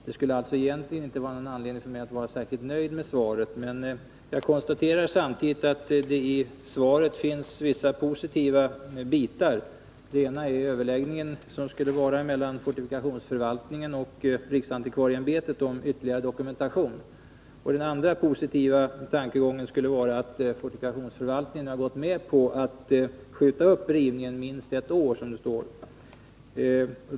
Det skulle alltså egentligen inte finnas någon anledning för mig att vara särskilt nöjd med svaret, men jag konstaterar samtidigt att det i svaret finns vissa positiva bitar. Den ena är överläggningen som skulle ske mellan fortifikationsförvaltningen och riksantikvarieämbetet om ytterligare dokumentation och den andra positiva tankegången skulle vara att fortifikationsförvaltningen nu har gått med på att skjuta upp rivningen minst ett år, som det står.